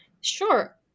Sure